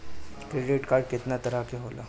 Credit card कितना तरह के होला?